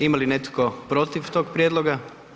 Ima li netko protiv tog prijedloga?